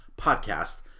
podcast